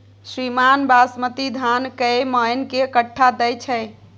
श्रीमान बासमती धान कैए मअन के कट्ठा दैय छैय?